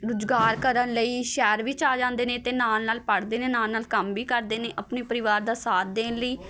ਰੁਜ਼ਗਾਰ ਕਰਨ ਲਈ ਸ਼ਹਿਰ ਵਿੱਚ ਆ ਜਾਂਦੇ ਨੇ ਅਤੇ ਨਾਲ ਨਾਲ ਪੜ੍ਹਦੇ ਨੇ ਨਾਲ ਨਾਲ ਕੰਮ ਵੀ ਕਰਦੇ ਨੇ ਆਪਣੇ ਪਰਿਵਾਰ ਦਾ ਸਾਥ ਦੇਣ ਲਈ